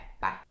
bye